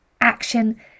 action